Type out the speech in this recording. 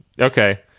Okay